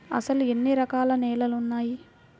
అసలు ఎన్ని రకాల నేలలు వున్నాయి?